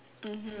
mmhmm